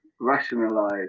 Rationalize